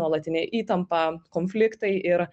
nuolatinė įtampa konfliktai ir